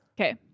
Okay